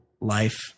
life